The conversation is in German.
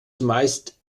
zumeist